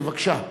כן, בבקשה.